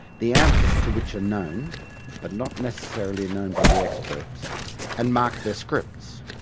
the answers to which are known but not necessarily known by the experts and mark their scripts.